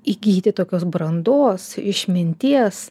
įgyti tokios brandos išminties